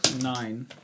Nine